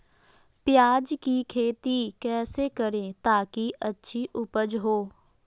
प्याज की खेती कैसे करें ताकि अच्छी उपज हो?